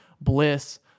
bliss